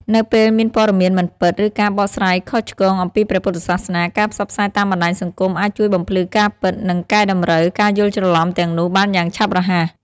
នៅពេលមានព័ត៌មានមិនពិត ឬការបកស្រាយខុសឆ្គងអំពីព្រះពុទ្ធសាសនា ការផ្សព្វផ្សាយតាមបណ្តាញសង្គមអាចជួយបំភ្លឺការពិត និងកែតម្រូវការយល់ច្រឡំទាំងនោះបានយ៉ាងឆាប់រហ័ស។